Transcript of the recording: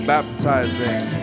Baptizing